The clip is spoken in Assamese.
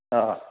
অঁ